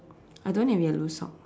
I don't have yellow socks